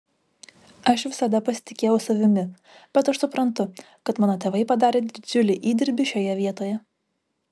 aš visada pasitikėjau savimi bet aš suprantu kad mano tėvai padarė didžiulį įdirbį šioje vietoje